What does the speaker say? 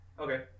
Okay